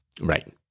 Right